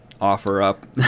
offer-up